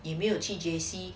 你没有去 J_C